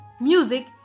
music